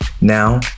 Now